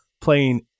playing